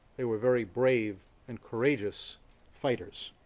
they were very brave and courageous fighters.